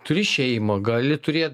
turi šeimą gali turėt